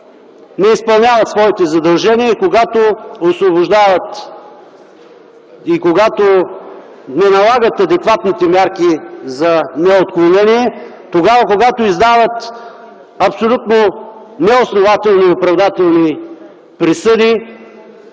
не изпълняват своите задължения, освобождават и не налагат адекватните мерки за неотклонение. Тогава, когато издават абсолютно неоснователни оправдателни или